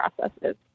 processes